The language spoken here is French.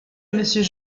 monsieur